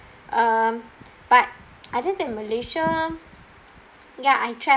um but other than malaysia ya I travel